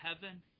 heaven